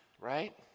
Right